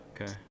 okay